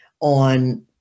on